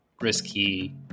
risky